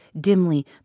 dimly